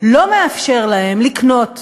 לא מאפשר להם לקנות בריאות,